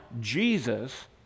Jesus